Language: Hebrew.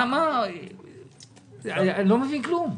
אני לא מבין כלום,